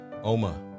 Oma